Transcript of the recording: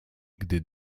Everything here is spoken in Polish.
gdy